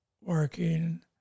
working